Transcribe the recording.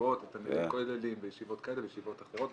ישיבות ותלמידי כוללים וישיבות כאלה וישיבות אחרות.